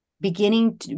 beginning